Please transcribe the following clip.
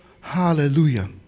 Hallelujah